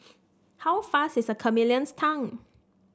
how fast is a chameleon's tongue